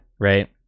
right